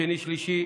שני ושלישי,